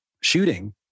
shooting